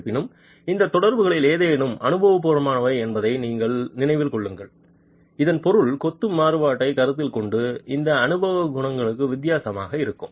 இருப்பினும் இந்த தொடர்புகளில் ஏதேனும் அனுபவபூர்வமானவை என்பதை நினைவில் கொள்ளுங்கள் இதன் பொருள் கொத்து மாறுபாட்டைக் கருத்தில் கொண்டு இந்த அனுபவ குணகங்களும் வித்தியாசமாக இருக்கும்